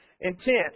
intent